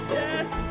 yes